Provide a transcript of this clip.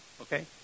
okay